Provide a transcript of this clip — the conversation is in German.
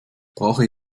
brauche